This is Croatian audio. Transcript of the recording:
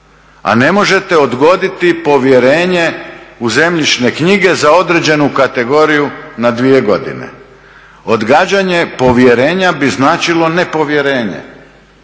A ne možete odgoditi povjerenje u zemljišne knjige za određenu kategoriju na dvije godine. Odgađanje povjerenja bi značilo nepovjerenje